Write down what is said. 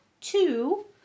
two